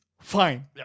fine